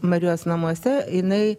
marijos namuose jinai